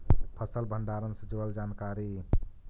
फसल भंडारन से जुड़ल जानकारी?